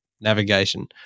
navigation